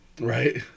Right